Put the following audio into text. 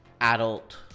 adult